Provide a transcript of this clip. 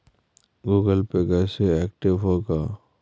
Google Pay कैसे active होगा?